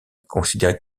considérés